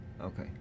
Okay